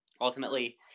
ultimately